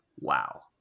wow